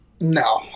No